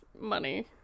money